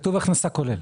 כתוב הכנסה כוללת.